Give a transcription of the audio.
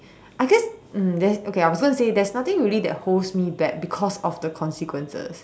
I guess um there okay I was gonna to say there's nothing really that holds me back because of the consequences